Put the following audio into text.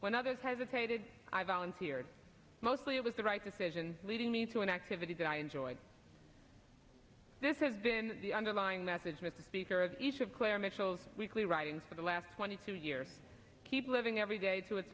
when others hesitate did i volunteer mostly it was the right decision leading me to an activity that i enjoyed this has been the underlying message with the speaker of each of claire mitchell's weekly writing for the last twenty two years keep living every day to its